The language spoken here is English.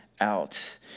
out